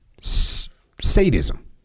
sadism